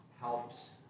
helps